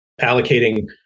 allocating